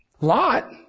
lot